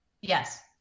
Yes